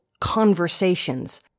conversations